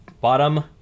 bottom